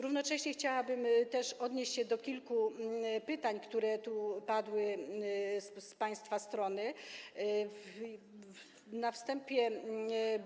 Równocześnie chciałabym odnieść się do kilku pytań, które padły z państwa strony, na wstępie